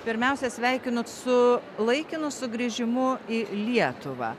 pirmiausia sveikinu su laikinu sugrįžimu į lietuvą